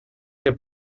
que